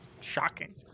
shocking